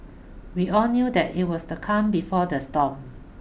we all knew that it was the calm before the storm